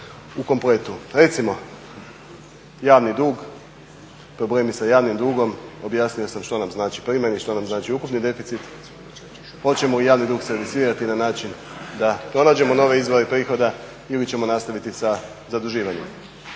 u kompletu. Recimo, javni dug, problemi sa javnim dugom. Objasnio sam što nam znači primarni, što nam znači ukupni deficit. Hoćemo li javni dug servisirati na način da pronađemo nove izvore prihoda ili ćemo nastaviti sa zaduživanjem.